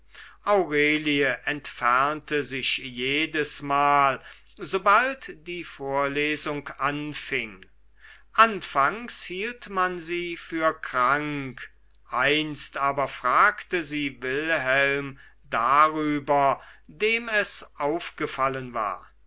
aurelie entfernte sich jedesmal sobald die vorlesung anging anfangs hielt man sie für krank einst aber fragte sie wilhelm darüber dem es aufgefallen war